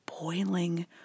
boiling